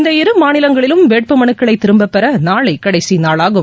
இந்த இரு மாநிலங்களிலும் வேட்புமனுக்களை திரும்பப்பெற நாளை கடைசி நாளாகும்